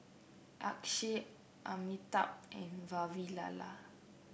Akshay Amitabh and Vavilala